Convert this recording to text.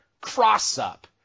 cross-up